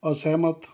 ਅਸਹਿਮਤ